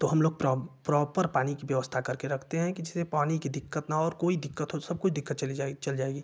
तो हम लोग प्रॉ प्रॉपर पानी की व्यवस्था करके रखते हैं कि जिसे पानी की दिक्कत न हो ओर कोई दिक्कत हो सब कुछ दिक्कत चले जाएगी चल जाएगी